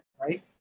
right